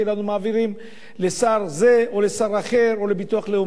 ומעבירים לשר זה או לשר אחר או לביטוח לאומי,